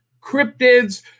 cryptids